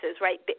right